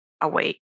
away